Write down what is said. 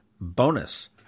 Bonus